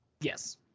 Yes